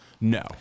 no